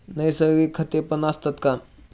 नैसर्गिक खतेपण असतात का?